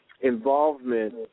involvement